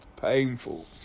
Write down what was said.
painful